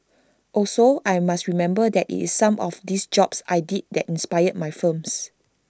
also I must remember that IT is some of these jobs I did that inspired my films